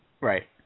Right